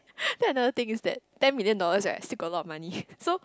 then another thing is that ten million dollars eh I still got a lot of money so